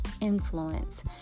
influence